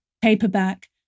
paperback